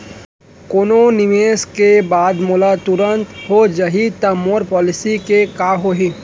कोनो निवेश के बाद मोला तुरंत हो जाही ता मोर पॉलिसी के का होही?